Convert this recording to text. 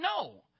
no